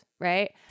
right